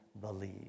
believe